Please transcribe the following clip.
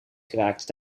geraakt